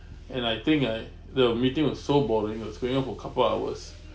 and I think right the meeting was so boring it was going on for couple of hours